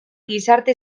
gizarte